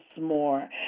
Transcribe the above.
more